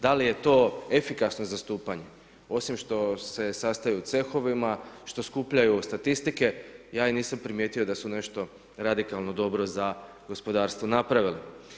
Da li je to efikasno zastupanje, osim što se sastaju u cehovima, što skupljaju statistike, ja nisam primijetio da su nešto radikalno dobro za gospodarstvo napravili.